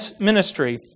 ministry